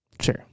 Sure